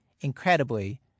incredibly